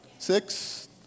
Six